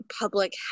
public